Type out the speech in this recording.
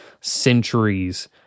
centuries